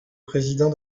président